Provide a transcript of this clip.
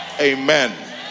Amen